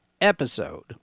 episode